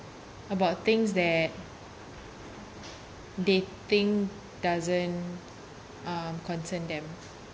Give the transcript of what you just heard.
about things that they think doesn't uh concern them